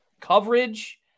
coverage